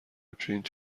پرینت